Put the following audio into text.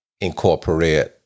incorporate